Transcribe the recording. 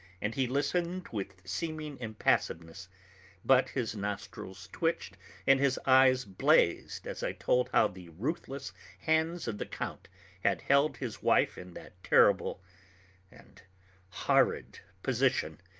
and he listened with seeming impassiveness but his nostrils twitched and his eyes blazed as i told how the ruthless hands of the count had held his wife in that terrible and horrid position,